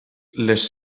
les